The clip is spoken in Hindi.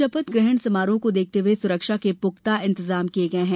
शपथ ग्रहण समारोह को देखते हुए सुरक्षा के पुख्ता इंतजाम किये गये हैं